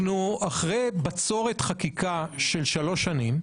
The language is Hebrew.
אנחנו אחרי בצורת חקיקה של שלוש שנים,